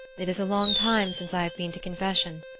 it is a long time since i have been to confession,